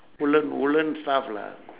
woollen woollen stuff lah